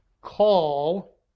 call